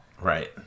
Right